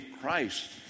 Christ